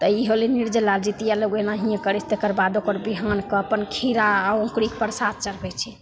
तऽ ई हो गेलै निर्जला जितिआ लोक एनाहिए करै छै तकर बाद ओकर बिहानके अपन खीरा आओर अँकुरीके परसाद चढ़बै छै